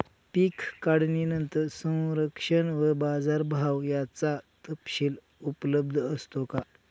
पीक काढणीनंतर संरक्षण व बाजारभाव याचा तपशील उपलब्ध असतो का?